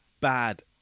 bad